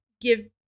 give